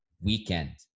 weekend